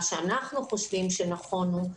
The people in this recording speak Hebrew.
מה שאנחנו חושבים שנכון הוא,